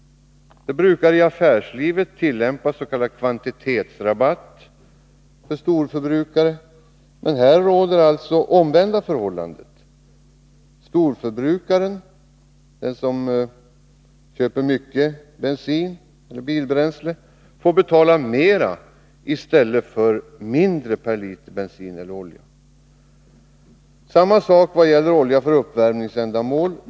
Det brukar i affärslivet tillämpas s.k. kvantitetsrabatt för storförbrukare. Men här råder alltså det omvända förhållandet: den som köper mycket bensin eller bilbränsle får betala mer i stället för mindre per liter. Samma sak gäller olja för uppvärmningsändamål.